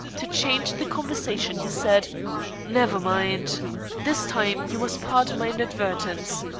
to change the conversation he said never mind this time you must pardon my inadvertence.